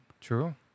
true